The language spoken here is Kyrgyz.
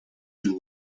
жыл